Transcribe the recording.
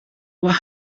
what